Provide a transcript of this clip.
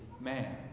man